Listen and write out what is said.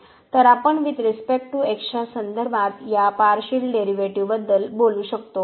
तर आपण with respect to x च्या संदर्भात या पार्शिअल डेरीवेटीव बद्दल बोलू शकतो